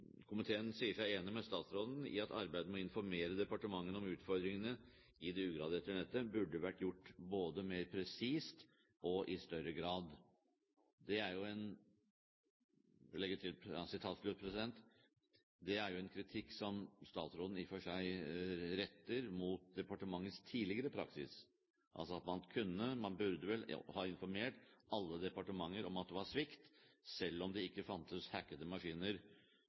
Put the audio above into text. Komiteen sier seg enig med statsråden i at arbeidet med å informere departementene om utfordringene i det ugraderte nettet burde vært gjort både mer presist og i større grad.» Det er jo en kritikk som statsråden i og for seg retter mot departementets tidligere praksis, altså at man kunne og burde vel ha informert alle departementer om at det var svikt selv om det ikke fantes hackede maskiner,